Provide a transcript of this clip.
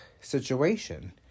situation